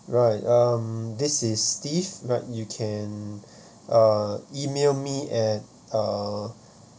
right um this is steve right you can uh email me at uh